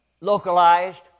localized